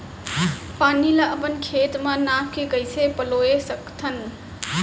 पानी ला अपन खेत म नाप के कइसे पलोय सकथन?